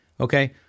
Okay